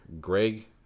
greg